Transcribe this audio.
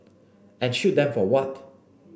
and shoot them for what